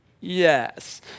yes